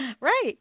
Right